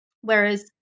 whereas